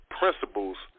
principles